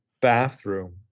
bathroom